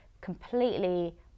completely